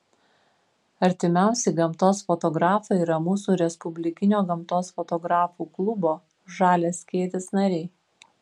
artimiausi gamtos fotografai yra mūsų respublikinio gamtos fotografų klubo žalias skėtis nariai